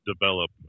develop